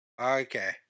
Okay